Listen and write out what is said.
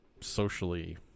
socially